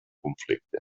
conflicte